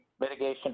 mitigation